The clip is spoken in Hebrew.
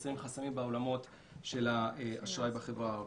מסירים חסמים בעולמות של האשראי בחברה הערבית.